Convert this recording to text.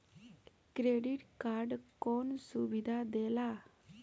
Credit card कौन सुबिधा देला?